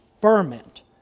ferment